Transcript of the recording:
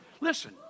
Listen